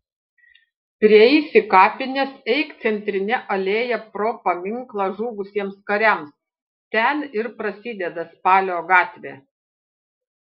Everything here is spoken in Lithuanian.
prieisi kapines eik centrine alėja pro paminklą žuvusiems kariams ten ir prasideda spalio gatvė